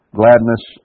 gladness